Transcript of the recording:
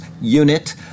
Unit